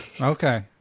Okay